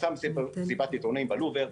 עשה מסיבה מסיבת עיתונאים בלובר,